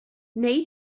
neu